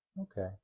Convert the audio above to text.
Okay